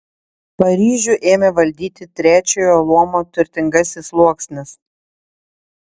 paryžių ėmė valdyti trečiojo luomo turtingasis sluoksnis